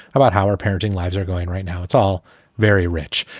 about how our parenting lives are going right now. it's all very rich.